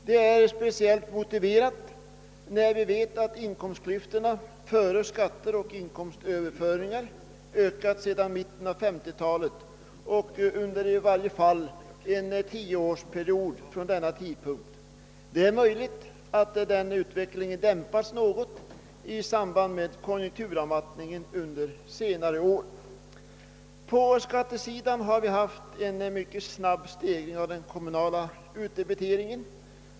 Det är speciellt motiverat när vi vet att inkomstklyftorna före skatter och inkomstöverföringar ökat sedan mitten av 1950-talet, under i varje fall en tioårsperiod från denna tidpunkt räknat. Det är möjligt att den utvecklingen dämpats något i samband med konjunkturavmattningen under senare år. På skattesidan har vi haft en mycket snabb stegring av den kommunala utdebiteringen.